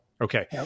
Okay